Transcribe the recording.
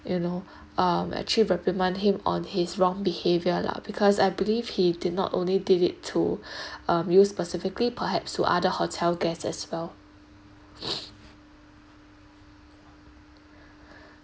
you know um actually reprimand him on his wrong behaviour lah because I believe he did not only did it to um you specifically perhaps to other hotel guests as well